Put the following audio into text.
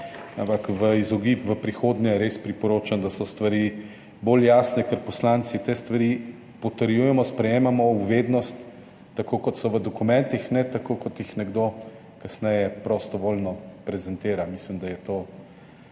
ampak v izogib v prihodnje res priporočam, da so stvari bolj jasne, ker poslanci te stvari potrjujemo, sprejemamo v vednost take, kot so v dokumentih, ne takih, kot jih nekdo kasneje prostovoljno prezentira. Mislim, da je to na